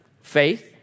faith